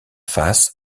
face